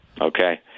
Okay